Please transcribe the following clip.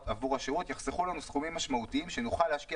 עבור השירות יחסכו לנו סכומים משמעותיים שנוכל להשקיע